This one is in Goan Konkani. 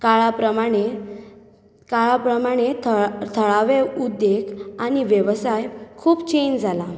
काळा प्रमाणें काळा प्रमाणें थळ थळावे उद्देग आनी वेवसाय खूब चेन्ज जाला